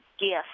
gift